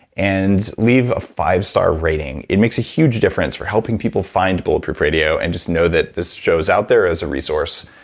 and leave a five star rating. it makes a huge difference for helping people find bulletproof radio and just know that this show's out there as a resource.